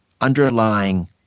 underlying